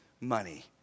money